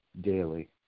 daily